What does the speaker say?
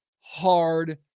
hard